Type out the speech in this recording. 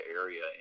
area